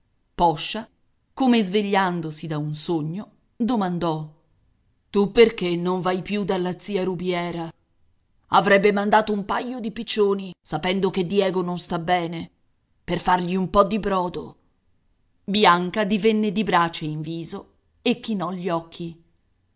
poscia come svegliandosi da un sogno domandò tu perché non vai più dalla zia rubiera avrebbe mandato un paio di piccioni sapendo che diego non sta bene per fargli un po di brodo bianca divenne di brace in viso e chinò gli occhi